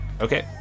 Okay